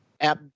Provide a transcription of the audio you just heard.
app